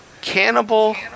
Cannibal